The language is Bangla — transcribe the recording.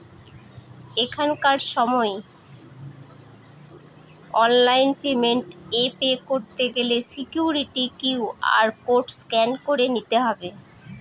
এখনকার সময় অনলাইন পেমেন্ট এ পে করতে গেলে সিকুইরিটি কিউ.আর কোড স্ক্যান করে নিতে হবে